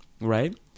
right